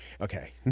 Okay